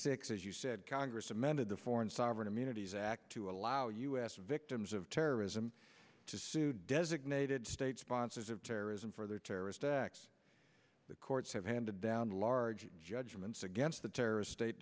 six as you said congress amended the foreign sovereign immunity zakk to allow us victims of terrorism to sue designated state sponsors of terrorism for their terrorist acts the courts have handed down large judgments against the terrorist state